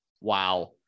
wow